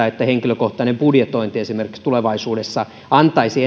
että esimerkiksi henkilökohtainen budjetointi tulevaisuudessa antaisi